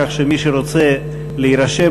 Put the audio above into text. כך שמי שרוצה להירשם,